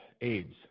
AIDS